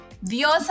Dios